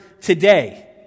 today